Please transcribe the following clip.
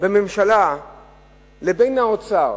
בממשלה לבין האוצר,